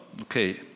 Okay